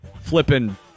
flipping